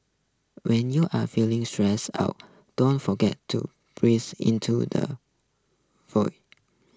when you are feeling stressed out don't forget to breathe into the void